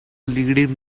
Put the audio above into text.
leading